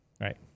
right